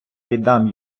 віддам